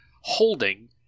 holding